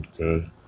Okay